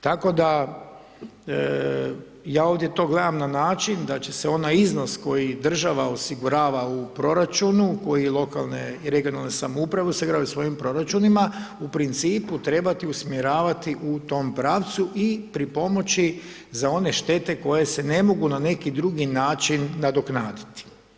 Tako da ja ovdje to gledam na način da će se onaj iznos koji država osigurava u proračunu koji lokalne i regionalne samouprave osiguravaju u svojim proračunima u principu trebati usmjeravati u tom pravcu i pripomoći za one štete koje se ne mogu na neki drugi način nadoknaditi.